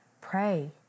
Pray